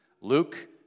Luke